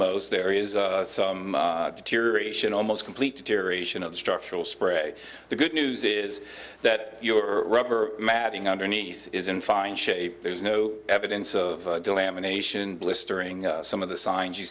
most there is some deterioration almost complete deterioration of structural spray the good news is that your rubber matting underneath is in fine shape there's no evidence of lamination blistering some of the signs you